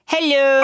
Hello